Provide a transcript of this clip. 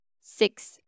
Six